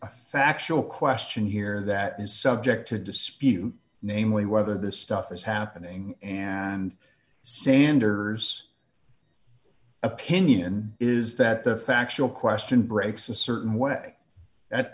a factual question here that is subject to dispute namely whether this stuff is happening and sanders opinion is that the factual question breaks a certain way that